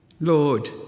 Lord